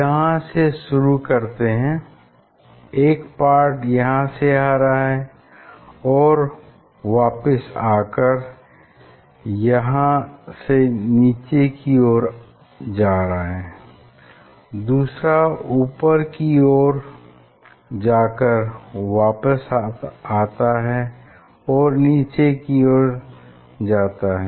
यहाँ से शुरू करते है एक पार्ट यहाँ से जा रहा है और वापिस आकर यहाँ से नीचे की ओर जा रहा है दूसरा ऊपर की और जाकर वापिस आता है और नीचे की और जाता है